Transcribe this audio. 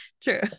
true